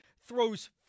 throws